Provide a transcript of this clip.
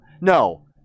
No